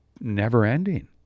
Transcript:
never-ending